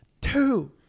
two